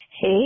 Hey